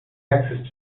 access